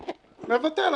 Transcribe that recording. מבטל.